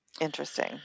Interesting